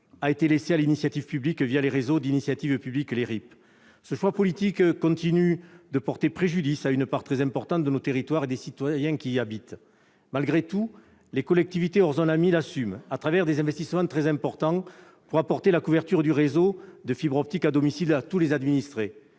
a été laissée à l'initiative publique les réseaux d'initiative publique, les RIP. Ce choix politique continue de porter préjudice à une part très importante de nos territoires et des citoyens qui y habitent. Malgré tout, les collectivités hors zones AMII l'assument, à travers des investissements très importants pour apporter la couverture du réseau de fibre optique à domicile à tous leurs administrés.